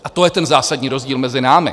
A to je ten zásadní rozdíl mezi námi.